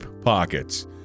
pockets